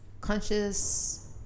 Conscious